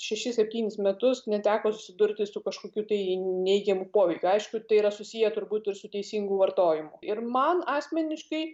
šešis septynis metus neteko susidurti su kažkokiu tai neigiamu poveikiu aišku tai yra susiję turbūt ir su teisingu vartojimu ir man asmeniškai